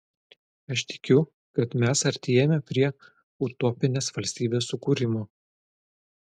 aš tikiu kad mes artėjame prie utopinės valstybės sukūrimo